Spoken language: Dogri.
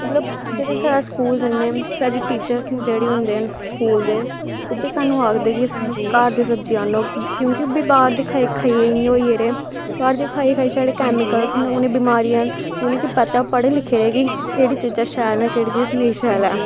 मतलब जेह्ड़े साढ़े स्कूल जिन्ने साढ़ी जेह्ड़ी होंदे न स्कूल दे ओह् बी स्हानू आखदे कि घर दी सब्जियां आह्नो क्योंकि बाह्र दी खाई खाइयै इयां होई गेदे बाह्र दी खाई खाइयै छड़ी कैमिकल्स न उने बमारियां न उनेंगी पता कि पढ़े लिखे दे न केह्ड़ी चीजां शैल ऐ केह्ड़ी चीज़ां नेंई शैल ऐ